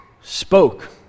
spoke